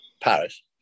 Paris